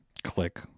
Click